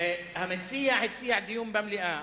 המציע הציע דיון במליאה.